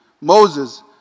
Moses